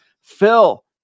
Phil